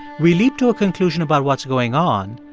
we leap to a conclusion about what's going on,